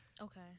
Okay